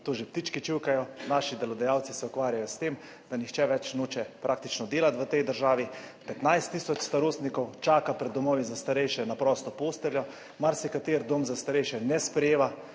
To že ptički čivkajo. Naši delodajalci se ukvarjajo s tem, da nihče več noče praktično delati v tej državi. 15 tisoč starostnikov čaka pred domovi za starejše na prosto posteljo, marsikateri dom za starejše ne sprejema